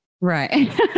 Right